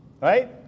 Right